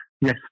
yes